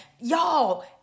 Y'all